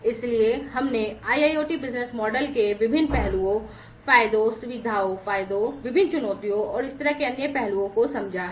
इसलिए हमने IIoT business model के विभिन्न पहलुओं फायदों सुविधाओं विभिन्न चुनौतियों और इसी तरह के अन्य पहलुओं को समझा है